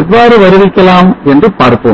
எவ்வாறு வருவிக்கலாம் என்று பார்ப்போம்